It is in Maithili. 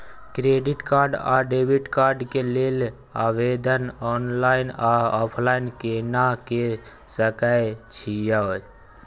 क्रेडिट कार्ड आ डेबिट कार्ड के लेल आवेदन ऑनलाइन आ ऑफलाइन केना के सकय छियै?